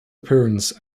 appearance